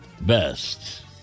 best